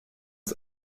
uns